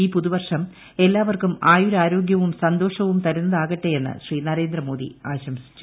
ഈ പുതുവർഷം എല്ലാവർക്കും ആയുരാരോഗ്യവും സന്തോഷവും തരുന്നതാകട്ടെയെന്ന് ശ്രീ നരേന്ദ്രമോദി ആശംസിച്ചു